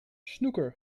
snooker